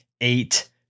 Eight